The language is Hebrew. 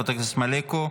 חברת הכנסת מלקו,